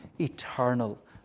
eternal